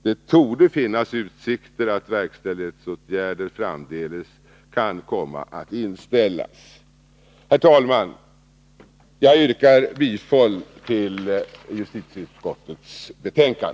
Det torde finnas utsikter att verkställighetsåtgärder framdeles kan komma att inställas. Herr talman! Jag yrkar bifall till justitieutskottets hemställan.